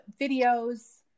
videos